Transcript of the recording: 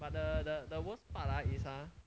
but the the the worst part ah is ah